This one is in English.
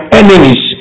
enemies